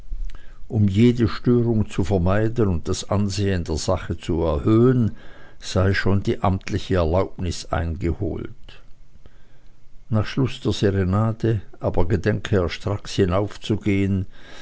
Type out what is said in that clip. um jede störung zu vermeiden und das ansehen der sache zu erhöhen sei schon die amtliche erlaubnis eingeholt nach schluß der serenade aber gedenke er stracks hinaufzugehen